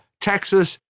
Texas